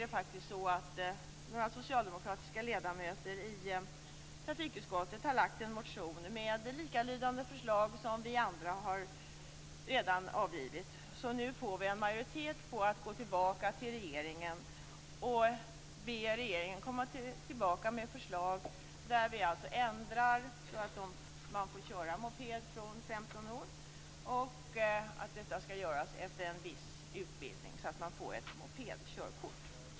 Men nu har några socialdemokratiska ledamöter i trafikutskottet lagt fram en motion med likalydande förslag som vi andra redan har avgivit, så nu får vi en majoritet kring vår uppfattning att vi skall be regeringen att komma tillbaka med ett förändrat förslag, som innebär att man får köra moped från 15 år efter en viss utbildning och att det skall finnas ett mopedkörkort.